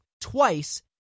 twice